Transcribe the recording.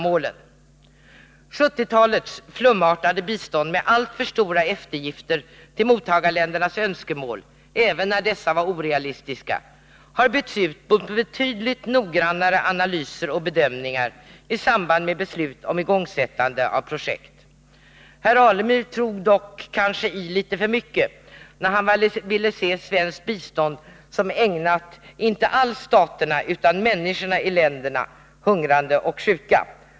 1970-talets flumartade bistånd med alltför stora eftergifter till mottagarländernas önskemål, även när dessa var orealistiska, har bytts ut mot betydligt noggrannare analyser och bedömningar i samband med beslut om igångsättande av projekt. Herr Alemyr tog dock kanske i litet för mycket när han ville se svenskt bistånd som ägnat inte staterna utan människorna i länderna, de hungrande och de sjuka.